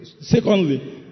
secondly